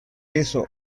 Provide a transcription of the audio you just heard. eso